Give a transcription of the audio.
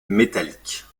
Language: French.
métallique